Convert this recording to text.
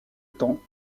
temps